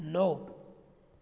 ਨੋ